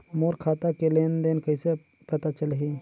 मोर खाता के लेन देन कइसे पता चलही?